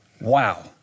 wow